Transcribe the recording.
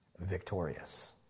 Victorious